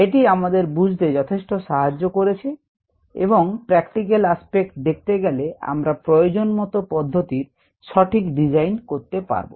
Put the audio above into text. এটি আমাদের বুঝতে যথেষ্ট সাহায্য করেছে এবং প্রাক্টিক্যাল আস্পেক্ট দেখতে গেলে আমরা প্রয়োজনমতো পদ্ধতির সঠিক ডিজাইন করতে পারব